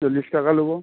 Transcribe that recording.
চল্লিশ টাকা নোবো